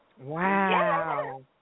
Wow